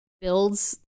builds